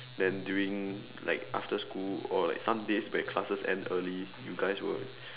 then during like after school or like some days when classes end early you guys will